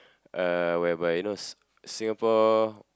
uh whereby you know Si~ Singapore